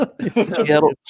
Seattle